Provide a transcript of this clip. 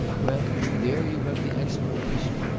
well, there you have the explanation.